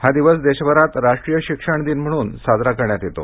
हा दिवस देशभरात राष्ट्रीय शिक्षण दिन म्हणून साजरा करण्यात येतो